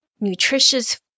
nutritious